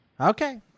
Okay